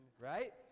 Right